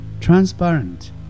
transparent